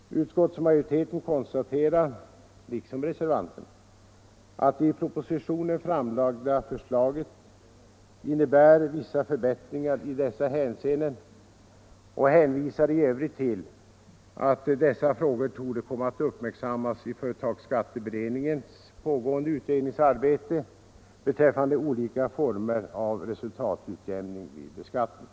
Utskottsmajoriteten konstaterar — liksom reservanterna — att det i propositionen framlagda förslaget innebär vissa förbättringar i dessa hänseenden och hänvisar i övrigt till att dessa frågor torde komma att uppmärksammas i företagsskatteberedningens pågående utredningsarbete beträffande olika former av resultatutjämning vid beskattning.